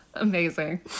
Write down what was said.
Amazing